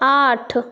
आठ